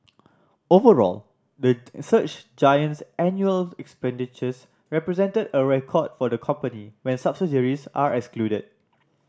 overall the search giant's annual expenditures represented a record for the company when subsidiaries are excluded